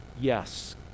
yes